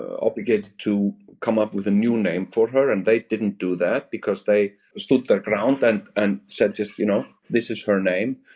obligated to come up with a new name for her and they didn't do that because they stood their ground and and said said you know this is her name.